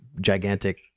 gigantic